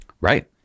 Right